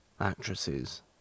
actresses